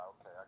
okay